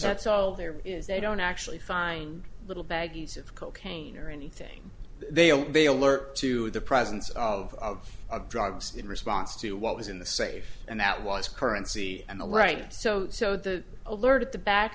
that's all there is they don't actually find little baggies of cocaine or anything they'll be alert to the presence of drugs in response to what was in the safe and that was currency and right so so the alert at the back